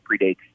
predates